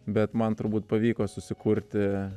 bet man turbūt pavyko susikurti